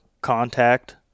contact